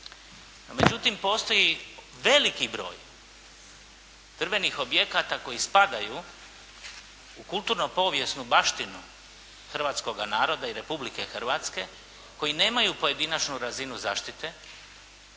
Međutim, postoji veliki broj drvenih objekata koji spadaju u kulturno-povijesnu baštinu hrvatskoga naroda i Republke Hrvatske, koji nemaju pojedinačnu razinu zaštite